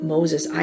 Moses